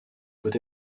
peut